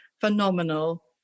phenomenal